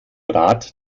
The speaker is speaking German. rad